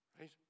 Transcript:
right